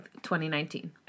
2019